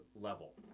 level